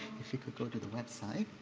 if you could go to the website.